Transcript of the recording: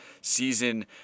season